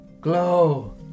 Glow